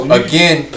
again